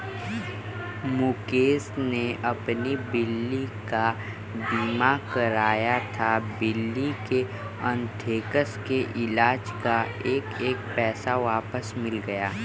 मुकेश ने अपनी बिल्ली का बीमा कराया था, बिल्ली के अन्थ्रेक्स के इलाज़ का एक एक पैसा वापस मिल गया